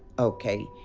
ok?